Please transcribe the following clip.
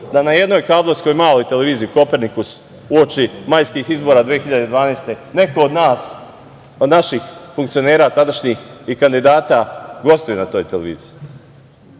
da na jednoj kablovskoj maloj televiziji „Kopernikus“ uoči majskih izbora 2012. godine neko od nas, od naših funkcionera tadašnjih i kandidata gostuje na toj televiziji.